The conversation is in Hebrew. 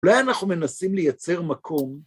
אולי אנחנו מנסים לייצר מקום